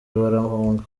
barahunga